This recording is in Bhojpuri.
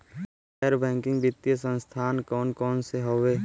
गैर बैकिंग वित्तीय संस्थान कौन कौन हउवे?